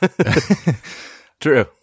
True